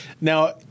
Now